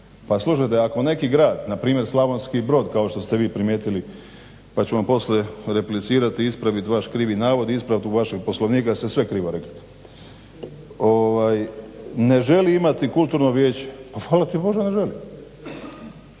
Pa slušajte, ako neki grad npr. Slavonski Brod kao što ste vi primijetili pa ću vam poslije replicirat i ispravit vaš krivi navod, ispravit … jer ste sve krivo rekli, ne želi imati kulturno vijeće. Pa hvala ti Bože ne želi,